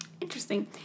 interesting